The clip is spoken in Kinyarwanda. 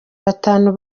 batanu